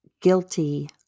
guilty